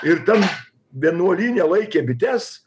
ir ten vienuolyne laikė bites